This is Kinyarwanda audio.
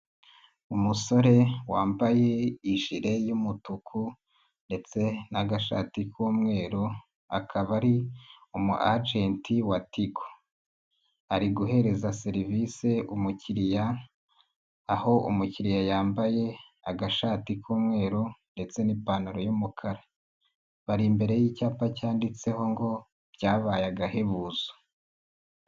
Umusore wambaye ijire y'umutuku ndetse n'agashati k'umweru akaba ari umu ajenti wa Tigo, ari guhereza serivise umukiriya aho umukiriya yambaye agashati k'umweru ndetse n'ipantaro y'umukara, bari imbere y'icyapa cyanditseho ngo byabaye agahebuzo.